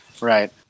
Right